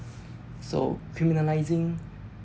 so criminalizing